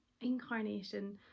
incarnation